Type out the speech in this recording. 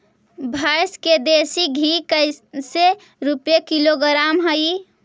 भैंस के देसी घी कैसे रूपये किलोग्राम हई?